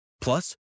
Plus